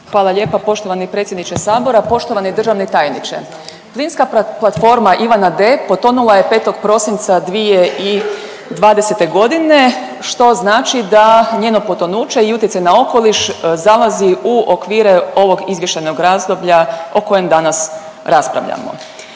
Hvala lijepa poštovani predsjedniče Sabora. Poštovani državni tajniče plinska platforma Ivana D potonula je 5. prosinca 2020. godine što znači da njeno potonuće i utjecaj na okoliš zalazi u okvire ovog izvještajnog razdoblja o kojem danas raspravljamo.